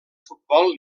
futbol